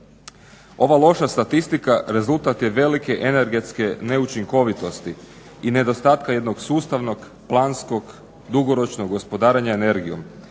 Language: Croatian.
Ova loša statistika rezultat je velike energetske neučinkovitosti i nedostatka jednog sustavnog, planskog, dugoročnog gospodarenja energijom